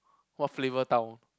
what flavourtown